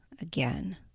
again